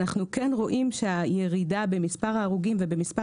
אנחנו כן רואים שהירידה במספר ההרוגים ובמספר